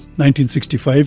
1965